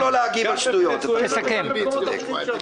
גם בוונצואלה וגם במקומות אחרים.